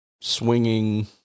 swinging